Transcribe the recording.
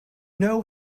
know